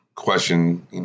question